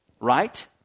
Right